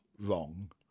wrong